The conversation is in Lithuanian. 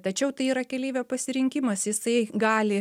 tačiau tai yra keleivio pasirinkimas jisai gali